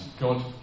God